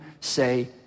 say